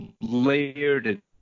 layered